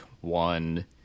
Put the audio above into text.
one